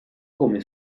come